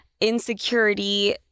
insecurity